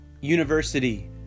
university